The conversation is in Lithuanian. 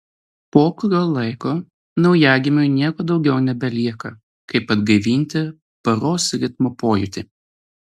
po kurio laiko naujagimiui nieko daugiau nebelieka kaip atgaivinti paros ritmo pojūtį